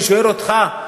אני שואל אותך,